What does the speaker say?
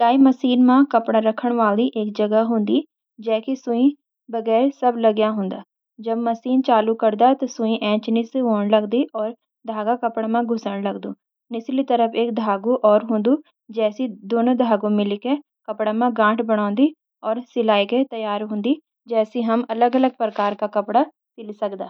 सिलाई मशीन मा कपड़ा राखण वाला जगह होन्दो, जैकि सुई बगैरा सब लाग्या होंदी। जब मशीन चालू करिंदा, सुई एंच नीस ह्वे लगदी, और धागो कपड़ा मा घुसण लग्दो। निचली तरफ एक धागो और हूंदो, जैतकि दोनों धागे मिलके कपड़ा मा गांठ बणाउंदी और सिलाई त्यार होन्दी। जैसी हम अलग अलग प्रकार का कपड़ा सिली सकदा।